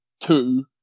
Two